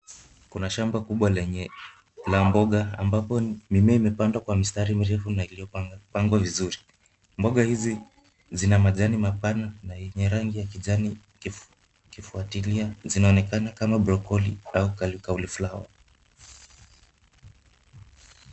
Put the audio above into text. Kuna shamba kubwa lenye la mboga ambapo mimea imepandwa kwa mistari mirefu na iliyopangwa vizuri. Mboga hizi zinamajani mapana na eneye rangi ya kijani kifwatilia, zinaonekana kama broccoli au kauli flower .